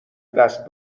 دست